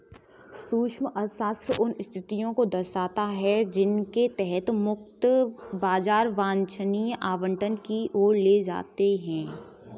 सूक्ष्म अर्थशास्त्र उन स्थितियों को दर्शाता है जिनके तहत मुक्त बाजार वांछनीय आवंटन की ओर ले जाते हैं